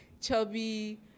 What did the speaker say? Chubby